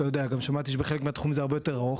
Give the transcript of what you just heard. שמעתי שבחלק מהתחומים זה הרבה יותר ארוך,